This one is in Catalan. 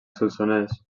solsonès